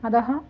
अतः